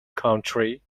country